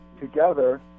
together